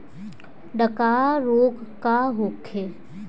डकहा रोग का होखे?